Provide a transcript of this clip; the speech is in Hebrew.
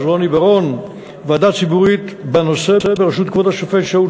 רוני בר-און ועדה ציבורית בנושא בראשות כבוד השופט שאול